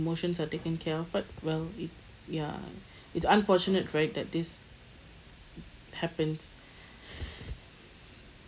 emotions are taken care of but well y~ ya it's unfortunate right that this happens